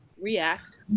react